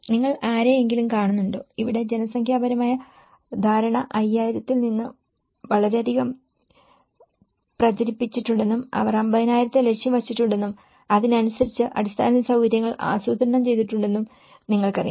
നിങ്ങൾ ആരെയെങ്കിലും കാണുന്നുണ്ടോ ഇവിടെ ജനസംഖ്യാപരമായ ധാരണ 5000 ത്തിൽ നിന്ന് വളരെയധികം പ്രചരിപ്പിച്ചിട്ടുണ്ടെന്നും അവർ 50000 ത്തെ ലക്ഷ്യം വച്ചിട്ടുണ്ടെന്നും അതിനനുസരിച്ച് അടിസ്ഥാന സൌകര്യങ്ങൾ ആസൂത്രണം ചെയ്തിട്ടുണ്ടെന്നും നിങ്ങൾക്കറിയാം